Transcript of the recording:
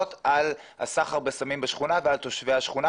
על הסחר בסמים בשכונה ועל תושבי השכונה.